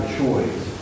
choice